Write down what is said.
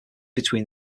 between